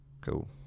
Cool